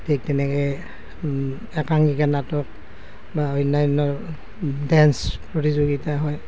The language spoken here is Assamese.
ঠিক তেনেকে একাংকিকা নাটক বা অন্যান্য ডেন্স প্ৰতিযোগিতা হয়